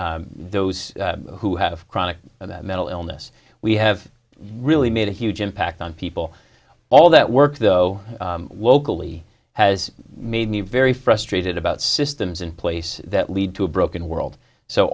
those who have chronic mental illness we have really made a huge impact on people all that work though locally has made me very frustrated about systems in place that lead to a broken world so